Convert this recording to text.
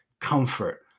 comfort